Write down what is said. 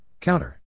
counter